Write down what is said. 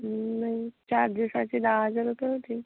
मग चार दिवसाचे दहा हजार रुपये होतील